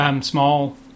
Small